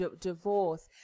divorce